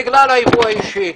בגלל היבוא האישי.